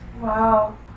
Wow